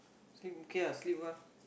sleep okay ah sleep well